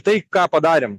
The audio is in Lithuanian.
tai ką padarėme